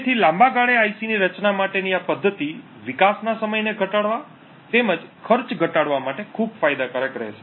તેથી લાંબા ગાળે આઇસી ની રચના માટેની આ પદ્ધતિ વિકાસના સમયને ઘટાડવા તેમજ ખર્ચ ઘટાડવા માટે ખૂબ ફાયદાકારક રહેશે